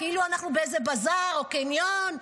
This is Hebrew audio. כאילו אנחנו באיזה בזאר או קניון.